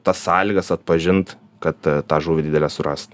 tas sąlygas atpažint kad tą žuvį didelę surast